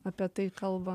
apie tai kalba